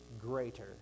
greater